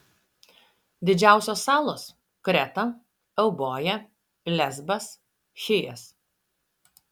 didžiausios salos kreta euboja lesbas chijas